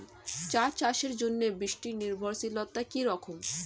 চা চাষের জন্য বৃষ্টি নির্ভরশীলতা কী রকম?